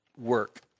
work